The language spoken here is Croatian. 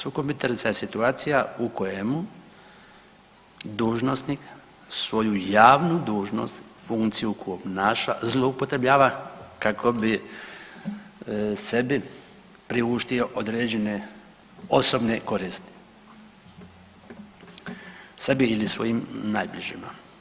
Sukob interesa je situacija u kojemu dužnosnik svoju javnu dužnost, funkciju koju obnaša zloupotrebljava kako bi sebi priuštio određene osobne koristi, sebi ili svojim najbližima.